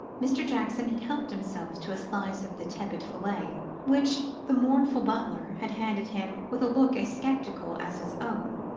mr. jackson had helped himself to a slice of the tepid filet which the mournful butler had handed him with a look as sceptical as his own,